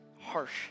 harsh